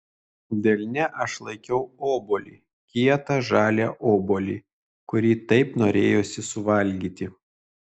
delne aš laikiau obuolį kietą žalią obuolį kurį taip norėjosi suvalgyti